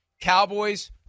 Cowboys